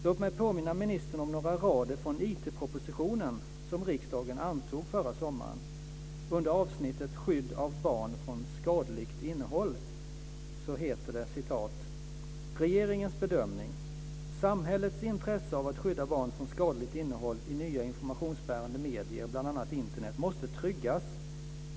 Låt mig påminna ministern om några rader från "Regeringens bedömning: Samhällets intresse av att skydda barn från skadligt innehåll i nya informationsbärande medier, bl.a. Internet, måste tryggas.